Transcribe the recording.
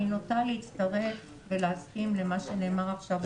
אני נוטה להצטרף ולהסכים למה שנאמר עכשיו ב-זום.